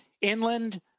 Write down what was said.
Inland